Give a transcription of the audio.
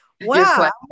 Wow